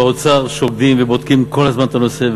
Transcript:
באוצר שוקדים ובודקים כל הזמן את הנושא,